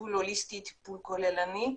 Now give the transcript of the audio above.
טיפול הוליסטי, טיפול כוללני,